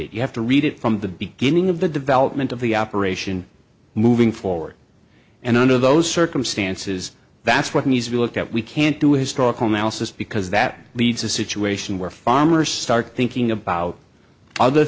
it you have to read it from the beginning of the development of the operation moving forward and under those circumstances that's what music you look at we can't do a historical analysis because that leaves a situation where farmers start thinking about other